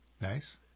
nice